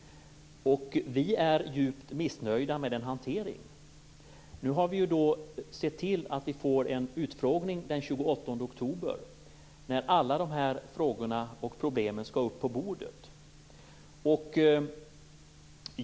Vi är djupt missnöjda med den hanteringen. Nu har vi anordnat en utfrågning den 28 oktober då alla dessa frågor och problem skall upp på bordet.